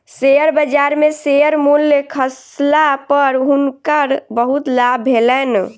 share बजार में share मूल्य खसला पर हुनकर बहुत लाभ भेलैन